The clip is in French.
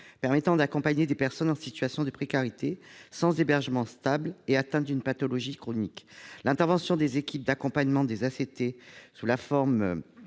permettent d'accompagner des personnes en situation de précarité, sans hébergement stable, et atteintes d'une pathologie chronique. L'intervention des équipes d'accompagnement des ACT sous la forme